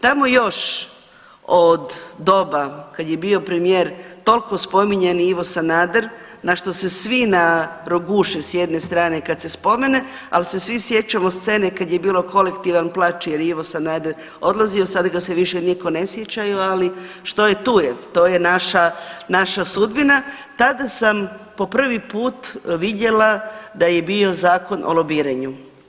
Tamo još od doba kad je bio premijer toliko spominjani Ivo Sanader na što se svi naroguše s jedne strane kad se spomene, al se svi sjećamo scene kad je bio kolektivan plač jer je Ivo Sanader odlazio, sad ga se više niko ne sjeća, ali što je tu je, to je naša sudbina, tada sam po prvi put vidjela da je bio Zakon o lobiranju.